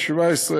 באוגוסט 2017,